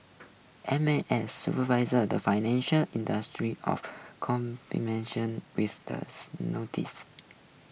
M A S supervises the financial industry of with these notices